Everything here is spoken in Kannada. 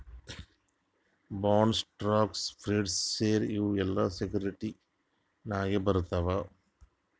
ಬಾಂಡ್ಸ್, ಸ್ಟಾಕ್ಸ್, ಪ್ರಿಫರ್ಡ್ ಶೇರ್ ಇವು ಎಲ್ಲಾ ಸೆಕ್ಯೂರಿಟಿಸ್ ನಾಗೆ ಬರ್ತಾವ್